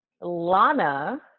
Lana